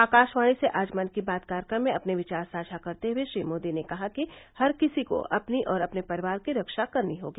आकाशवाणी से आज मन की बात कार्यक्रम में अपने विचार साझा करते हए श्री मोदी ने कहा कि हर किसी को अपनी और अपने परिवार की रक्षा करनी होगी